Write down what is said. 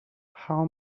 how